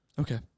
Okay